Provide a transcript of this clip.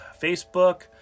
Facebook